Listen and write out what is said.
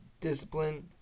discipline